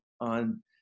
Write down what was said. on